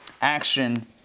Action